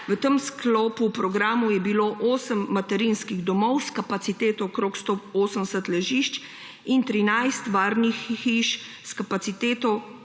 v tem sklopu programov je bilo osem materinskih domov s kapaciteto okrog 180 ležišč in 13 varnih hiš s kapaciteto